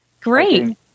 great